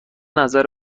نظر